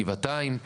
גבעתיים,